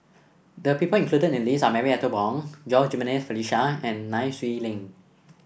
the people included in the list are Marie Ethel Bong Jimenez Felicia and Nai Swee Leng